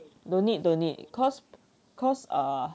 don't need don't need because because err